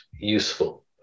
useful